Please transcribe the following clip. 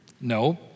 No